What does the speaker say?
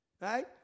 Right